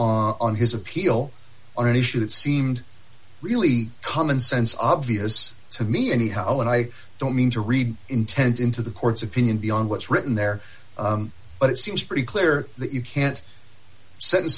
on his appeal on an issue that seemed really commonsense obvious to me anyhow and i don't mean to read intent into the court's opinion beyond what's written there but it seems pretty clear that you can't s